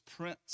Prince